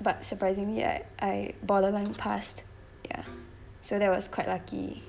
but surprisingly like I borderline passed ya so that was quite lucky